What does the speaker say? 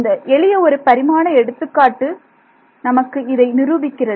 இந்த எளிய ஒரு பரிமாண எடுத்துக்காட்டு நமக்கு இதை நிரூபிக்கிறது